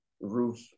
roof